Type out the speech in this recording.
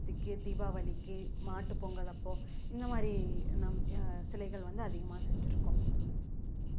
தீபாவளிக்கு மாட்டு பொங்கல் அப்போது இந்த மாதிரி சிலைகள் வந்து அதிகமாக செஞ்சுருக்கோம்